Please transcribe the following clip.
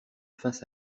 face